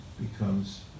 becomes